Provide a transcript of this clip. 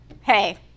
hey